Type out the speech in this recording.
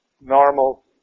normal